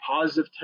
positive